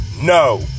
No